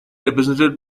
represented